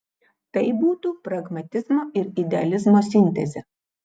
tai būtų pragmatizmo ir idealizmo sintezė